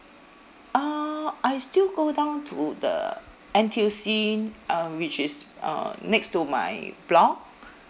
uh I still go down to the N_T_U_C um which is uh next to my block